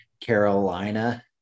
Carolina